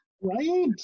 Right